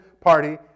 party